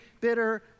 bitter